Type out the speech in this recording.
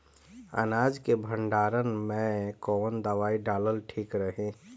अनाज के भंडारन मैं कवन दवाई डालल ठीक रही?